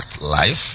life